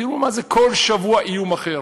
תראו מה זה, כל שבוע איום אחר.